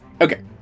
okay